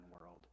world